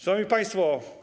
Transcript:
Szanowni Państwo!